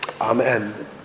Amen